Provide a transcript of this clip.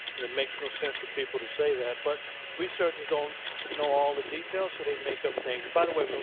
it makes no sense for people to say that, but researchers don't know all the details, so they make up things. by the way,